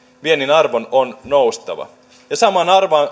viennin arvon on noustava samaan